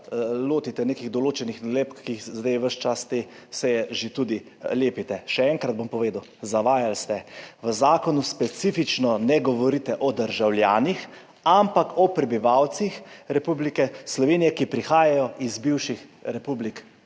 lotite nekih določenih nalepk, ki jih zdaj že ves čas te seje tudi lepite. Še enkrat bom povedal, zavajali ste. V zakonu specifično ne govorite o državljanih, ampak o prebivalcih Republike Slovenije, ki prihajajo iz bivših republik